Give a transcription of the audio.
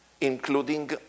including